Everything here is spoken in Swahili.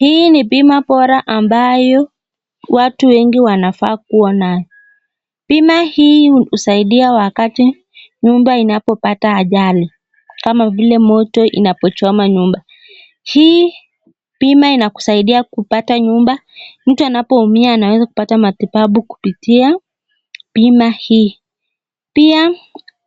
Hii ni bima bora ambayo watu wengi wanafaa kuwa nayo. Bima hii husaidia wakati nyumba inapopata ajali kama vile moto inapochoma nyumba. Hii bima inakusaidia kupata nyumba, mtu anapoumia anaweza kupata kitabu kupitia bima hii. Pia